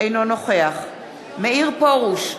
אינו נוכח מאיר פרוש,